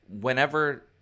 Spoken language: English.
whenever